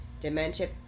dementia